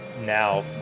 now